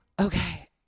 Okay